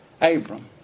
Abram